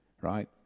Right